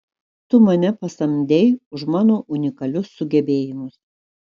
tu mane pasamdei už mano unikalius sugebėjimus